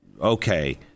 okay